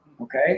okay